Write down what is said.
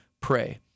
pray